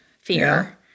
fear